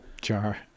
jar